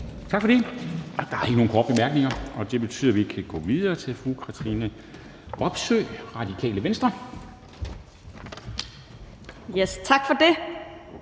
Tak for det. Der er ikke nogen korte bemærkninger, og det betyder, at vi kan gå videre til fru Katrine Robsøe, Radikale Venstre. Kl.